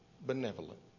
benevolent